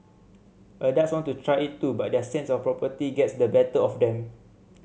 adults want to try it too but their sense of propriety gets the better of them